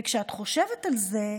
וכשאת חושבת על זה,